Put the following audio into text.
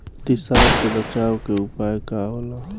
अतिसार से बचाव के उपाय का होला?